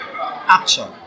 action